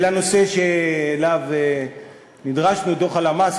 ולנושא שאליו נדרשנו, דוח הלמ"ס.